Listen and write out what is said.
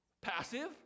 passive